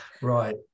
Right